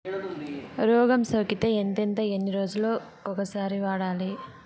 రోగం సోకితే ఎంతెంత ఎన్ని రోజులు కొక సారి వాడాలి?